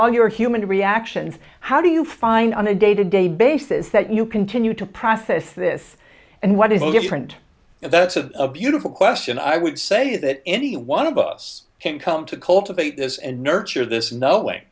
all your human reactions how do you find on a day to day basis that you continue to process this and what is different now that's a beautiful question i would say that any one of us can come to cultivate this and nurture this no way